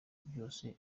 byose